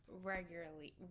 Regularly